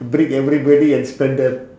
break everybody and spend there